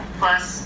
plus